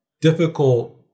difficult